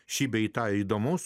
šį bei tą įdomaus